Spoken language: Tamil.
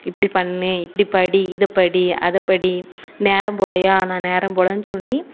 இப்படி பண்ணு இப்படி படி இதை படி அதை படி நேரம் போகலையா நான் நேரம் போகலன்னு சொல்லி